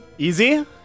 Easy